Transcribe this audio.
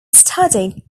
studied